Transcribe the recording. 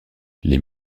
les